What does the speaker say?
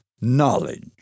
knowledge